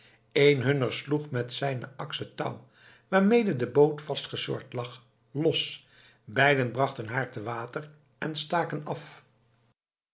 eén hunner sloeg met zijne aks het touw waarmede de boot vastgesjord lag los beiden brachten haar te water en staken af